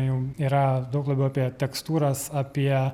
jau yra daug labiau apie tekstūras apie